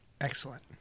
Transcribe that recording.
Excellent